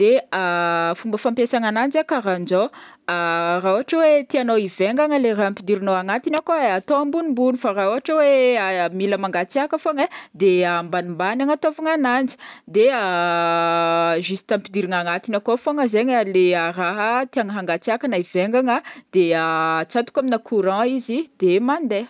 de fomba fampiasagna ananjy karahan'jao raha ôhatra hoe tianao hivaingagna le raha ampidirinao agnatiny akao ai atao ambonimbony fa raha ôhatra hoe mila mangatsiàka fogna ai de ambanimbany agnataovagna ananjy de juste ampidirina agnatiny akao fogna zegny leha raha tiana hangatsiàka na hivaingagna de atsotoka aminà courant izy de mandeha.